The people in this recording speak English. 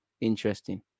Interesting